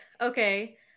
Okay